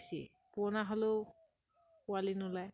পুৰণা হ'লেও পোৱালি নোলায়